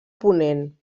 ponent